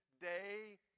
day